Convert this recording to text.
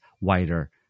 wider